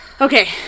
Okay